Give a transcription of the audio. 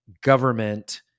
government